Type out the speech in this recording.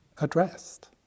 addressed